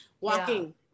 Walking